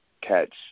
catch